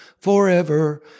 forever